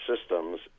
systems